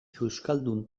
euskaldun